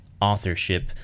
authorship